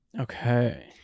Okay